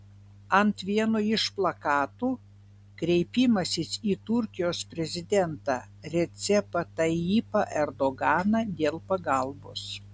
ant vieno iš plakatų kreipimasis į turkijos prezidentą recepą tayyipą erdoganą dėl pagalbos